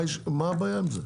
מה הבעיה עם זה?